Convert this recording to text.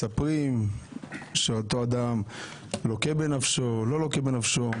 מספרים שאותו אדם לוקה בנפשו, לא לוקה בנפשו.